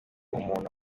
umuntu